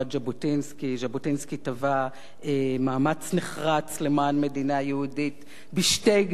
ז'בוטינסקי תבע מאמץ נחרץ למען מדינה יהודית בשתי גדות הירדן.